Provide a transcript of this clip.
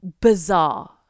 bizarre